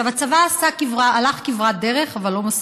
הצבא הלך כברת דרך, אבל לא מספיק.